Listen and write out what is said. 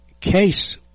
case